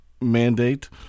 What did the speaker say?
mandate